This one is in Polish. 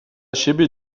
siebie